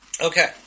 Okay